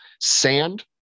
sand